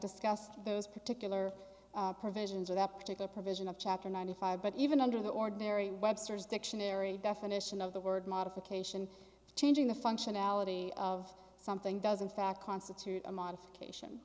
discussed those particular provisions or that particular provision of chapter ninety five but even under the ordinary webster's dictionary definition of the word modification changing the functionality of something doesn't fact constitute a modification